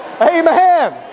Amen